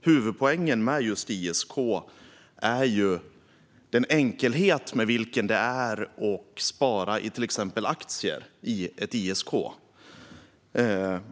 Huvudpoängen med just ISK är ju att det är enkelt att spara i till exempel aktier i ett ISK.